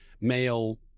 male